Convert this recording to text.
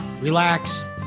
relax